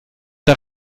der